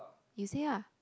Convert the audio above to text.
you say ah